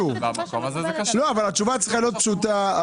אם נירה היתה רוצה לשאול,